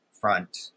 front